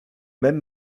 même